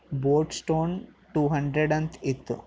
boat stone two hundred ಅಂತ ಇತ್ತು